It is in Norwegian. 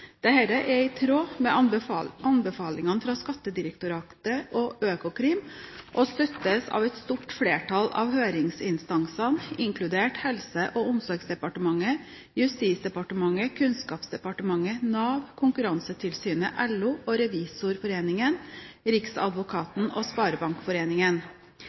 bokføringsloven. Dette er i tråd med anbefalingene fra Skattedirektoratet og Økokrim og støttes av et stort flertall av høringsinstansene inkludert Helse- og omsorgsdepartementet, Justisdepartementet, Kunnskapsdepartementet, Nav, Konkurransetilsynet, LO, Revisorforeningen, Riksadvokaten og Sparebankforeningen.